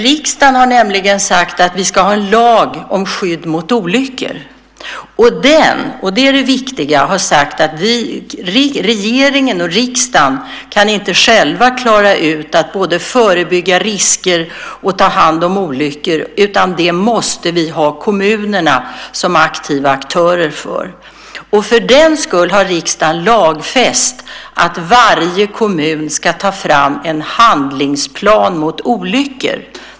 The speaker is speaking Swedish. Riksdagen har sagt att vi ska ha en lag om skydd mot olyckor och, det är det viktiga, att regeringen och riksdagen inte själva kan klara av att både förebygga risker och ta hand om olyckor. Där måste vi ha kommunerna som aktiva aktörer. Därför har riksdagen lagfäst att varje kommun ska ta fram en handlingsplan mot olyckor.